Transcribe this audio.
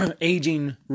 aging